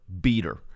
beater